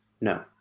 No